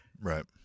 right